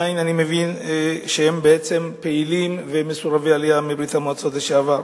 אני מבין שהם פעילים ומסורבי עלייה מברית-המועצות לשעבר.